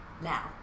Now